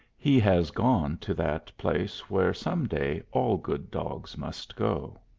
he has gone to that place where some day all good dogs must go.